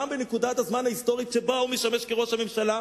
גם בנקודת הזמן ההיסטורית שבה הוא משמש כראש הממשלה,